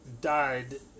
died